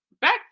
back